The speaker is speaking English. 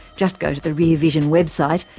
just go to the rear vision website,